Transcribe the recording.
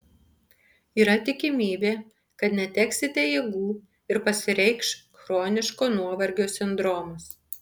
yra tikimybė kad neteksite jėgų ir pasireikš chroniško nuovargio sindromas